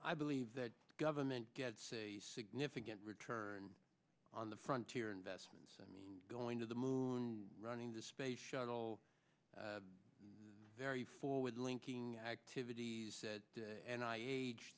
i believe that government gets significant return on the front to your investments i mean going to the moon running the space shuttle very forward linking activities said and i aged